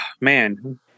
Man